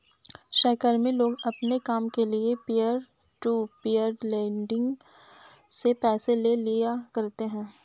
सहकर्मी लोग अपने काम के लिये पीयर टू पीयर लेंडिंग से पैसे ले लिया करते है